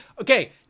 Okay